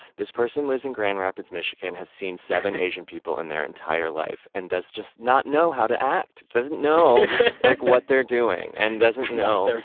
this person lives in grand rapids, michigan. has seen seven asian people in their entire life and does just not know how to act! doesn't know like what they're doing and doesn't know they're,